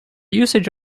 usage